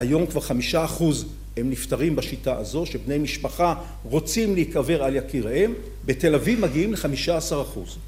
היום כבר חמישה אחוז הם נפתרים בשיטה הזו, שבני משפחה רוצים להיקבר על יקיריהם. בתל אביב מגיעים לחמישה עשר אחוז.